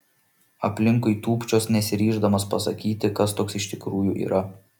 aplinkui tūpčios nesiryždamas pasakyti kas toks iš tikrųjų yra